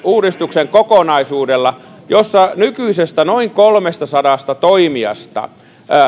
uudistuksen kokonaisuudella jossa nykyisestä noin kolmestasadasta toimijasta